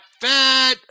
fat